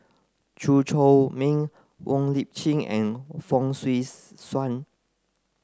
Chew Chor Meng Wong Lip Chin and Fong Swee Suan